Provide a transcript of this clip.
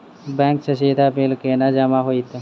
Bank सँ सीधा bill केना जमा होइत?